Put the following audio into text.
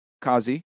Kazi